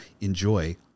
enjoy